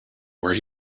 where